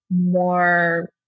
more